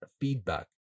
feedback